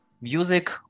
music